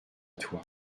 toi